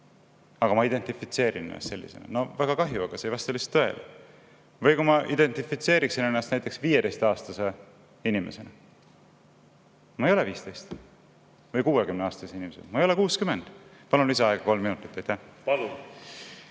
Aga ma identifitseerin ennast sellisena – no väga kahju, aga see ei vasta lihtsalt tõele. Või kui ma identifitseeriks ennast näiteks 15-aastase inimesena. Ma ei ole 15. Või 60-aastase inimesena. Ma ei ole 60.Palun lisaaega kolm minutit. Suur